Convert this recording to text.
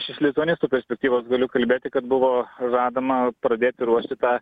iš lituanistų perspektyvos galiu kalbėti kad buvo žadama pradėti ruošti tą